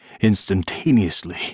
instantaneously